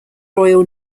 royal